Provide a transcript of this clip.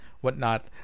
whatnot